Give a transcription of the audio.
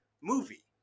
movie